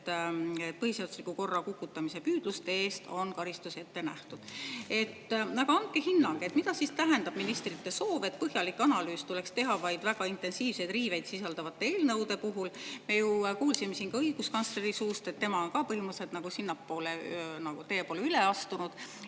et põhiseadusliku korra kukutamise püüdluste eest on ette nähtud karistus. Aga andke hinnang, mida siis tähendab ministrite soov, et põhjalik analüüs tuleks teha vaid väga intensiivseid riiveid sisaldavate eelnõude puhul. Me ju kuulsime siin õiguskantsleri suust, et tema on ka põhimõtteliselt nagu teie poole üle astunud,